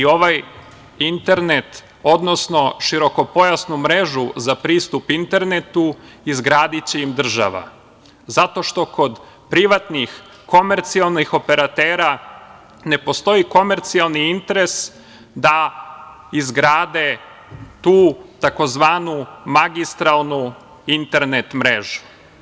Ovaj internet, odnosno širokopojasnu mrežu za pristup internetu izgradiće im država zato što kod privatnih komercijalnih operatera ne postoji komercijalni interes da izgrade tu tzv. magistralnu internet mrežu.